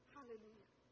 Hallelujah